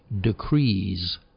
decrees